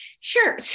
sure